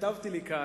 שכתבתי לי כאן: